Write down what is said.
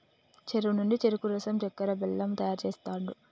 చెరుకు నుండి చెరుకు రసం చెక్కర, బెల్లం తయారు చేస్తాండ్లు